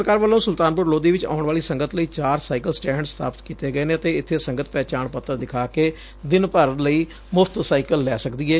ਪੰਜਾਬ ਸਰਕਾਰ ਵੱਲੋਂ ਸੁਲਤਾਨਪੁਰ ਲੋਧੀ ਚ ਆਉਣ ਵਾਲੀ ਸੰਗਤ ਲਈ ਚਾਰ ਸਾਈਕਲ ਸਟੈਂਡਾਂ ਸਬਾਪਿਤ ਕੀਤੇ ਗਏ ਨੇ ਤੇ ਇੱਬੇ ਸੰਗਤ ਪਹਿਚਾਣ ਪੱਤਰ ਦਿਖਾ ਕੇ ਦਿਨ ਭਰ ਦੇ ਲਈ ਮੁਫਤ ਵਿੱਚ ਸਾਈਕਲ ਲੈ ਸਕਦੀ ਐ